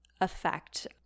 effect